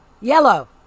Yellow